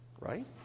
Right